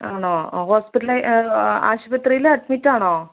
ആണോ ഹോസ്പ്പിറ്റല് ആശുപത്രീൽ അഡ്മിറ്റാണോ